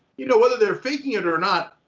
you know whether they're faking it or not,